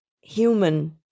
human